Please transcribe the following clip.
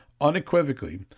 unequivocally